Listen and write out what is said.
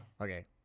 Okay